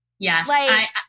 Yes